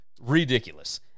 Ridiculous